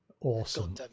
awesome